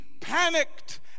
panicked